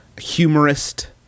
humorist